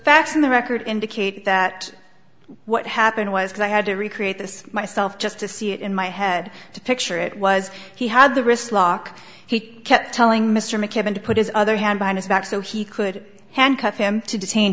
in the record indicate that what happened was i had to recreate this myself just to see it in my head to picture it was he had the wrist lock he kept telling mr mckibben to put his other hand behind his back so he could handcuff him to detain